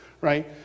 right